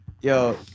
Yo